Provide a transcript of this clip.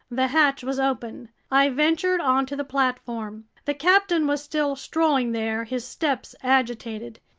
the hatch was open. i ventured onto the platform. the captain was still strolling there, his steps agitated.